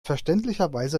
verständlicherweise